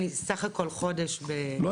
אני סך הכול חודש ב --- אה,